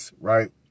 right